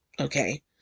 Okay